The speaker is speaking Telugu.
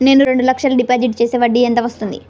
నేను రెండు లక్షల డిపాజిట్ చేస్తే వడ్డీ ఎంత వస్తుంది?